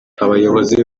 abayobozi